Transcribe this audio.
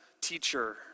teacher